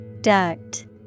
Duct